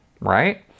right